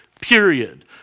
period